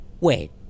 Wait